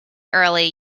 early